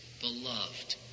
beloved